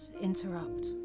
Interrupt